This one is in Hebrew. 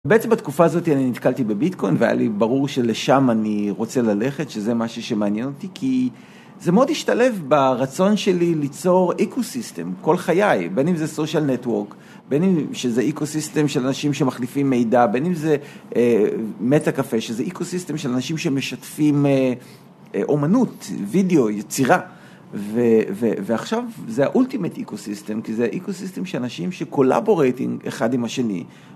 בעצם, בתקופה הזאת, אני נתקלתי בביטקוין, והיה לי ברור שלשם אני רוצה ללכת, שזה משהו שמעניין אותי, כי זה מאוד השתלב ברצון שלי ליצור אקו-סיסטם, כל חיי, בין אם זה סושיאל נטוורק, בין אם זה אקו-סיסטם של אנשים שמחליפים מידע, בין אם זה מטה קפה, שזה אקו-סיסטם של אנשים שמשתפים אומנות, וידאו, יצירה, ועכשיו זה האולטימט אקו-סיסטם, זה אקוסיסטם שאנשים שקולאבורייטים אחד עם השני.